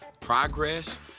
progress